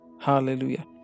Hallelujah